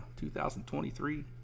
2023